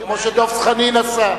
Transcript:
כמו שדב חנין עשה,